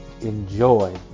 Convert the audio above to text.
enjoy